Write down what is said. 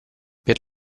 per